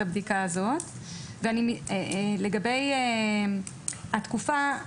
לגבי התקופה.